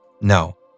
No